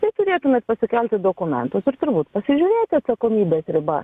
tai turėtumėt pasikelti dokumentus ir turbūt pasižiūrėti atsakomybės riba